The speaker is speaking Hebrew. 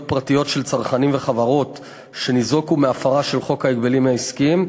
פרטיות של צרכנים וחברות שניזוקו מהפרה של חוק ההגבלים העסקיים,